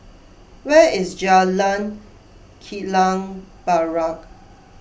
where is Jalan Kilang Barat